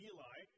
Eli